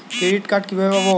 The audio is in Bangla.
ক্রেডিট কার্ড কিভাবে পাব?